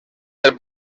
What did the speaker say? del